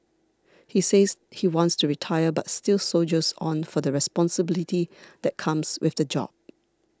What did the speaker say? he says he wants to retire but still soldiers on for the responsibility that comes with the job